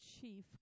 chief